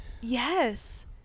Yes